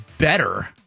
better